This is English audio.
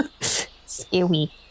scary